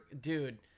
dude